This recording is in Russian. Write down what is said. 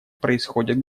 происходят